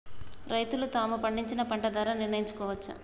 రైతులు తాము పండించిన పంట ధర నిర్ణయించుకోవచ్చా?